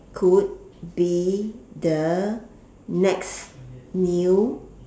could be the next new